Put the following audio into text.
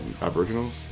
Aboriginals